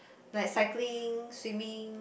like cycling swimming